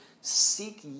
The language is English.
seek